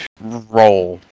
roll